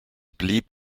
blieb